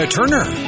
Turner